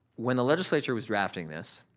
when the legislature was drafting this,